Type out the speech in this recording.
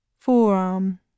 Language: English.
forearm